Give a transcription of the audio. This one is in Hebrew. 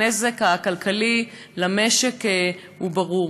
הנזק הכלכלי למשק הוא ברור.